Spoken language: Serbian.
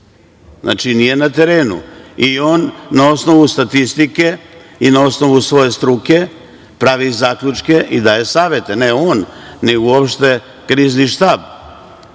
znači nije na terenu, i on na osnovu statistike i na osnovu svoje struke pravi zaključke i daje savete, ne on, nego uopšte krizni štab. Šta